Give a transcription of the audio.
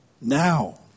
Now